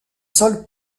sols